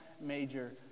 major